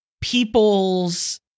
people's